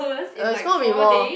uh it's gonna be more